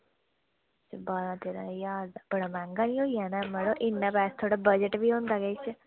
बारहां तेरहां ज्हार दा इइन्ना मैहंगा किश जादै निं होंदा किश बजट बी होंदा मड़ो